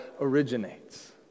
originates